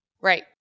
Right